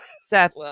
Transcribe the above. Seth